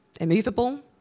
immovable